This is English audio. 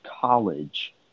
college